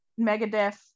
Megadeth